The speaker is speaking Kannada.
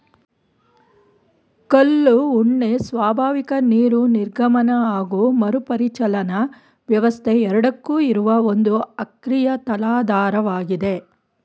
ಕಲ್ಲು ಉಣ್ಣೆ ಸ್ವಾಭಾವಿಕ ನೀರು ನಿರ್ಗಮನ ಹಾಗು ಮರುಪರಿಚಲನಾ ವ್ಯವಸ್ಥೆ ಎರಡಕ್ಕೂ ಇರುವ ಒಂದು ಅಕ್ರಿಯ ತಲಾಧಾರವಾಗಿದೆ